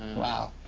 wow.